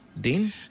Dean